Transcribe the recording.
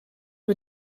mir